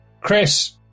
Chris